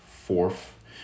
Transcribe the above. Fourth